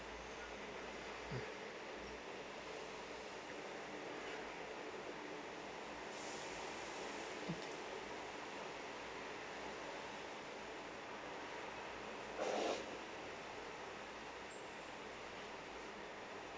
mm